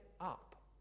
up